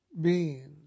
beings